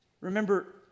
remember